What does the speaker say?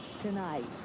tonight